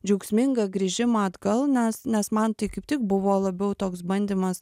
džiaugsmingą grįžimą atgal nes nes man tai kaip tik buvo labiau toks bandymas